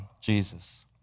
Jesus